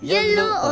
Yellow